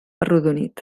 arrodonit